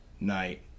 Night